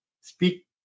speak